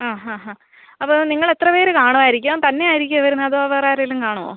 ആ ഹാ ഹാ അപ്പോൾ നിങ്ങൾ എത്ര പേർ കാണുമായിരിക്കും തന്നെ ആയിരിക്കുമോ വരുന്നത് അതോ വേറെ ആരെങ്കിലും കാണുമോ